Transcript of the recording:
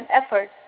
effort